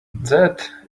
that